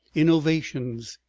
innovations.